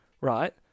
right